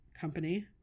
company